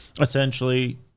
essentially